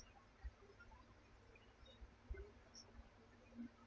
the